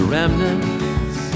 remnants